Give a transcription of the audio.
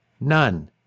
None